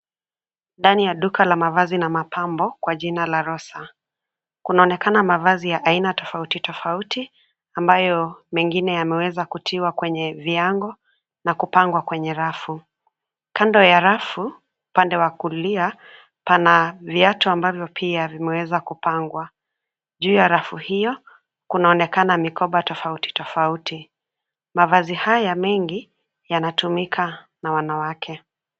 Ndani ya duka la mavazi na mapambo kwa jina la rossa. Kunaonekana mavazi ya aina tofauti tofauti ambayo mengine yameweza kutiwa kwenye viango na kupangwa kwenye rafu. Kando ya rafu upande wa kulia pana viatu ambavyo pia vimeweza kupangwa. Juu ya rafu hiyo kunaonekana mikoba tofauti tofauti. Mavazi haya mengi yanatumika na wanawake.